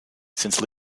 since